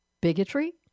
bigotry